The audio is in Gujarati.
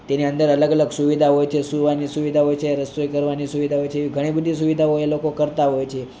તેની અંદર અલગ અલગ સુવિધા હોય છે સુવાની સુવિધા હોય છે રસોઈ કરવાની સુવિધા હોય છે એવી ઘણી બધી સુવિધાઓ એ લોકો કરતા હોય છે